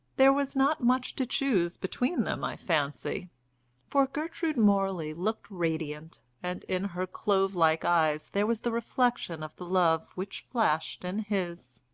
there was not much to choose between them, i fancy for gertrude morley looked radiant, and in her clove-like eyes there was the reflection of the love which flashed in his.